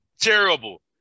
Terrible